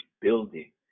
building